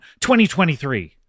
2023